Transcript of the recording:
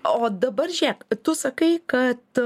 o dabar žiūrėk tu sakai kad